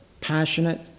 passionate